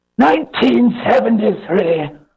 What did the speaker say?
1973